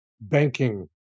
banking